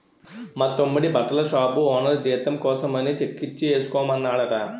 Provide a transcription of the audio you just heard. మా తమ్ముడి బట్టల షాపు ఓనరు జీతం కోసమని చెక్కిచ్చి ఏసుకోమన్నాడట